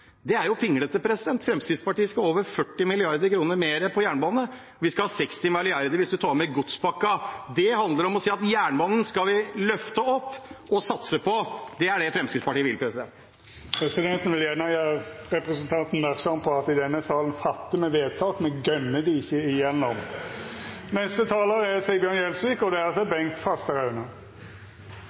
Det er pinglete. Fremskrittspartiet skal ha over 40 mrd. kr mer til jernbane. Vi skal ha 60 mrd. kr hvis man tar med godspakken. Det handler om å si at jernbanen skal vi løfte opp og satse på; det er det Fremskrittspartiet vil. Presidenten vil gjera representanten merksam på at i denne salen gjer me vedtak, me «gunner» dei ikkje gjennom. Det er utrolig hva regjeringspartiene og